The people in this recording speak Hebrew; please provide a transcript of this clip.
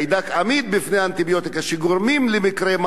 עמיד בפני אנטיביוטיקה שגורמים למקרי מוות,